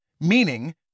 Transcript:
meaning